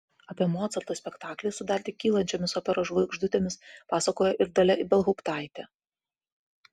apie mocarto spektaklį su dar tik kylančiomis operos žvaigždutėmis pasakoja ir dalia ibelhauptaitė